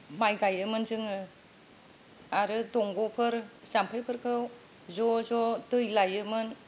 माइ गायोमोन जोङो आरो दंगफोर जाम्फैफोरखौ ज' ज' दै लायोमोन